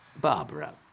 Barbara